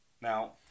Now